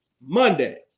Monday